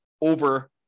over